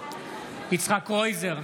יצחק קרויזר,